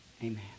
Amen